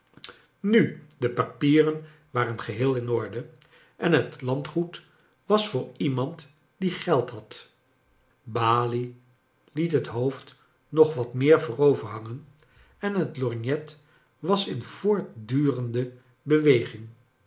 nu de papieren waren geheel in orde en het landgoed was voor iemand die geld had balie liet het hoofd nog wat meer vooroverhangen en het lorgnet was in voortdurende beweging